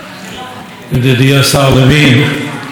כיושב-ראש סיעת יהדות התורה והשבת,